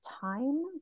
time